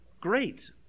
Great